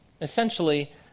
essentially